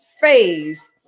phase